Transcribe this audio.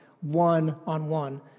one-on-one